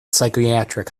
psychiatric